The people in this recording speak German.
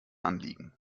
anliegen